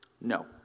No